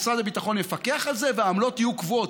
משרד הביטחון יפקח על זה והעמלות יהיו קבועות,